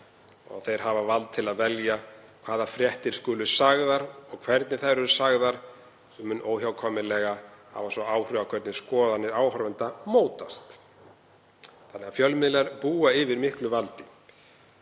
Þeir hafa vald til að velja hvaða fréttir skulu sagðar og hvernig þær skulu sagðar, sem mun óhjákvæmilega hafa áhrif á hvernig skoðanir áhorfenda mótast. Fjölmiðlar búa því yfir miklu valdi.